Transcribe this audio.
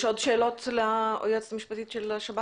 יש עוד שאלות ליועצת המשפטית של השב"ס?